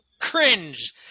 cringe